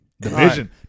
Division